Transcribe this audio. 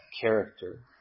character